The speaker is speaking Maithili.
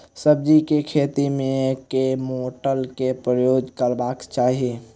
सब्जी केँ खेती मे केँ मोटर केँ प्रयोग करबाक चाहि?